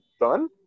done